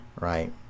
Right